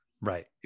right